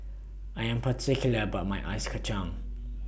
I Am particular about My Ice Kachang